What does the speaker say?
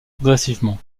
progressivement